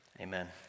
Amen